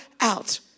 out